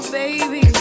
baby